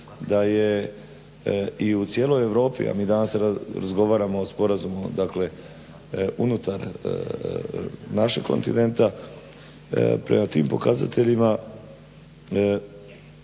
da je i u cijeloj Europi a mi danas razgovaramo o sporazumu unutar našeg kontinenta. Prema tim pokazateljima